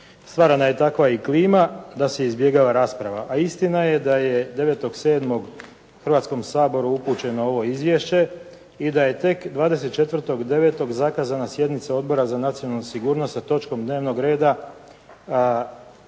Stvarana je takva i klima da se izbjegava rasprava. A istina je da je 9.7. Hrvatskom saboru upućeno ovo izvješće i da je tek 24.9. zakazana sjednica Odbora za nacionalnu sigurnost sa točkom dnevnog reda Rasprava